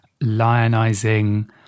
lionizing